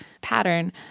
pattern